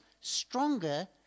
stronger